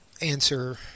answer